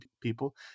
people